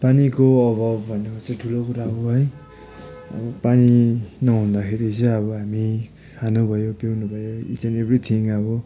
पानीको अभाव भनेको चाहिँ ठुलो कुरा हो है पानी नहुँदाखेरि चाहिँ अब हामी खानुभयो पिउनुभयो इच एन्ड एभ्रिथिङ अब